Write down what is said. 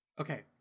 Okay